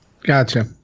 Gotcha